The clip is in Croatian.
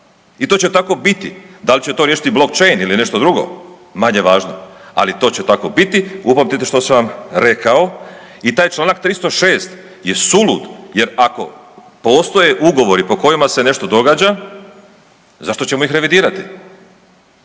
i to će tako biti, da li će to riješiti blockchain ili nešto drugo manje važno, ali to će tako biti …/Govornik se ne razumije/…rekao i taj čl. 306. je sulud jer ako postoje ugovori po kojima se nešto događa zašto ćemo ih revidirati,